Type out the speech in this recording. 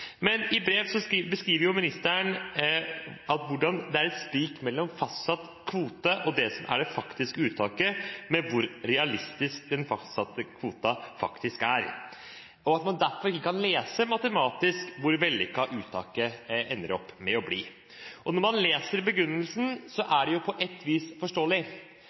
Men i brev beskriver ministeren et sprik mellom fastsatt kvote og det som er det faktiske uttaket, som har sammenheng med hvor realistisk den fastsatte kvoten faktisk er, og at man derfor ikke kan lese matematisk hvor vellykket uttaket ender opp med å bli. Når man leser begrunnelsen, er det på et vis forståelig.